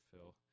Phil